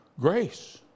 grace